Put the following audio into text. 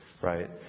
right